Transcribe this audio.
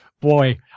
boy